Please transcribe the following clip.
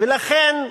ולכן,